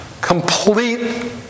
complete